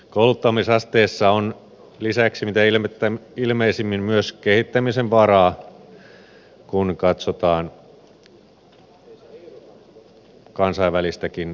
kouluttamisasteessa on lisäksi mitä ilmeisimmin myös kehittämisen varaa kun katsotaan kansainvälistäkin vertailua